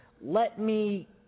let-me